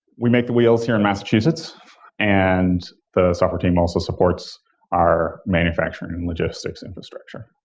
we make the wheels here in massachusetts and the software team also supports our manufacturing and logistics infrastructure.